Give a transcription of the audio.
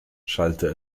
schallte